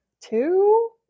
two